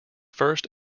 first